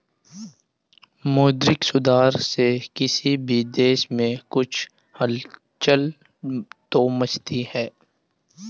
मौद्रिक सुधार से किसी भी देश में कुछ हलचल तो मचती है